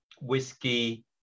Whiskey